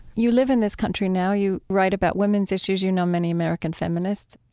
you live in this country now, you write about women's issues, you know many american feminists.